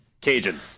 Cajun